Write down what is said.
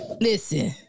listen